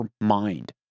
mind